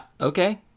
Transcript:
Okay